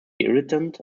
irritant